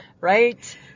Right